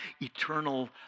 eternal